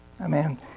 Amen